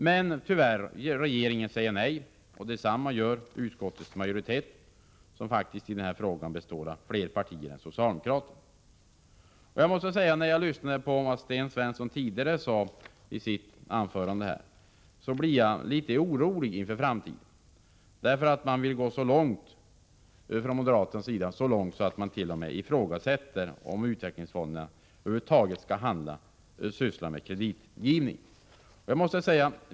Men regeringen säger nej och detsamma gör utskottets majoritet, som faktiskt i denna fråga består av fler partier än socialdemokraterna. När jag lyssnade på vad Sten Svensson tidigare sade i sitt anförande, blev jaglitet orolig inför framtiden därför att man från moderaternas sida vill gå så långt att man t.o.m. ifrågasätter om utvecklingsfonderna över huvud taget skall syssla med kreditgivning.